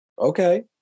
Okay